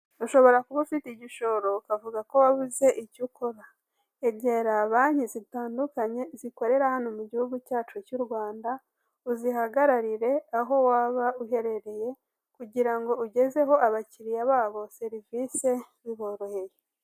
Ushobora kuba ufite igishoro ukavuga ko wabuze icyo ukora, egera banki zitandukanye zikorera hano mu gihugu cyacu cy'u Rwanda uzihagararire aho waba uherereye, kugira ngo ugezeho abakiliriya babo serivisi biboroheye.